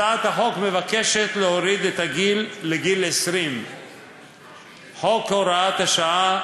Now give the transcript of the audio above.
הצעת החוק מבקשת להוריד את הגיל לגיל 20. חוק הוראת השעה